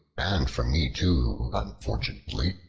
and for me too, unfortunately.